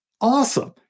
awesome